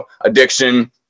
addiction